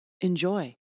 enjoy